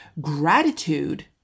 Gratitude